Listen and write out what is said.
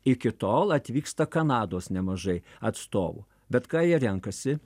iki tol atvyksta kanados nemažai atstovų bet ką jie renkasi